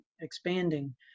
expanding